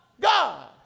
God